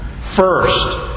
First